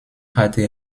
hatte